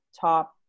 top